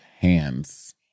hands